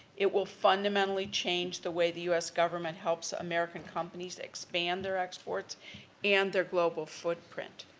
it will fundamentally change the way the u s. government helps american companies expand their exports and their global footprint.